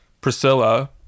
Priscilla